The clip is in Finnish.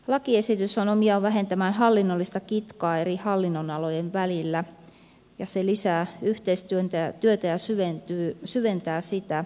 lakiesitys on omiaan vähentämään hallinnollista kitkaa eri hallinnonalojen välillä ja se lisää yhteistyötä ja syventää sitä